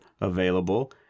available